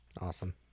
Awesome